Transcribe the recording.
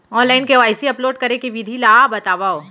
Online KYC upload करे के विधि ला बतावव?